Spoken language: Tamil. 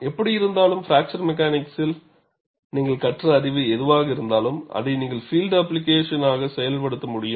எப்படியிருந்தாலும் பிராக்சர் மெக்கானிக்ஸில் நீங்கள் கற்ற அறிவு எதுவாக இருந்தாலும் அதை நீங்கள் பீல்ட் அப்ப்ளிகேஷன் ஆக செயல் படுத்த முடியும்